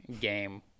game